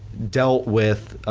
dealt with